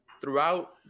throughout